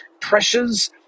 pressures